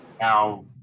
Now